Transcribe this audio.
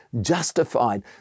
justified